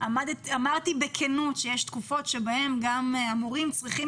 אמרתי בכנות שיש תקופות בהן גם המורים צריכים